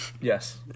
Yes